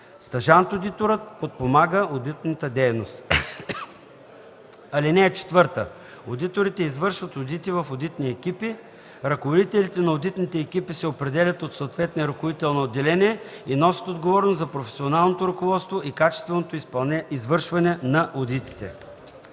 Стажант-одиторът подпомага одитната дейност. (4) Одиторите извършват одити в одитни екипи. Ръководителите на одитните екипи се определят от съответния ръководител на отделение и носят отговорност за професионалното ръководство и качественото извършване на одитите.”